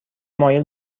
مایل